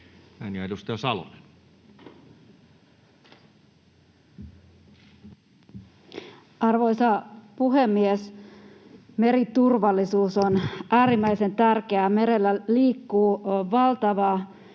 Time: 14:08 Content: Arvoisa puhemies! Meriturvallisuus on äärimmäisen tärkeää. Merellä liikkuu valtava